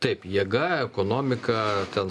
taip jėga ekonomika ten